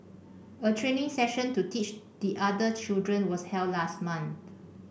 a training session to teach the other children was held last month